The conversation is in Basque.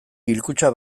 hilkutxa